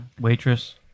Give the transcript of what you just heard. waitress